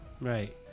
Right